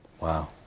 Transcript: Wow